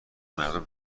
بمردم